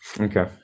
Okay